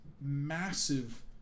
massive